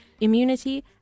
immunity